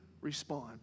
respond